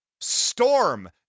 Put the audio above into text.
Storm